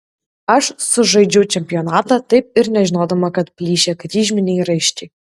aš sužaidžiau čempionatą taip ir nežinodama kad plyšę kryžminiai raiščiai